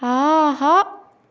ஆஹா